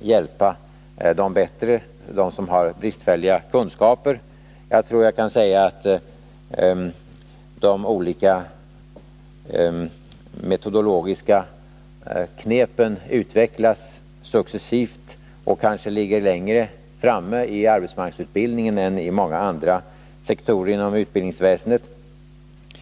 ge bättre hjälp till dem som har bristfälliga kunskaper. Jag tror att jag kan säga att de olika metodologiska knepen utvecklas successivt. Kanske har man i det avseendet kommit längre i arbetsmarknadsutbildningen än man gjort inom många andra sektorer av utbildningsväsendet.